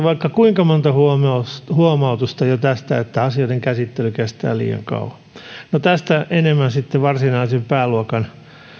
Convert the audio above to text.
vaikka kuinka monta huomautusta tästä että asioiden käsittely kestää liian kauan no tästä enemmän sitten varsinaisen pääluokan